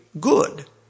good